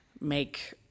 make